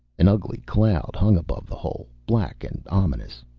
an ugly cloud hung above the hole, black and ominous.